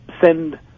send